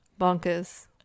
Bonkers